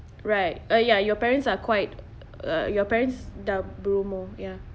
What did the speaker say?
right uh ya your parents are quite uh your parents ya